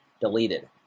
Deleted